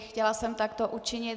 Chtěla jsem takto učinit.